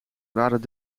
waren